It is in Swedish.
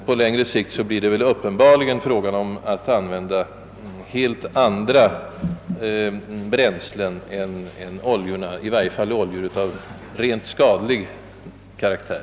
På längre sikt får vi uppenbarligen övergå till att använda helt andra uppvärmningsämnen än oljorna, i varje fall fullständigt tränga bort sådana oljor som är av rent skadlig karaktär.